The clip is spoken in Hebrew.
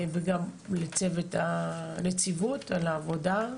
אני מודה גם לצוות הנציבות על העבודה,